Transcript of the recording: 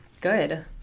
good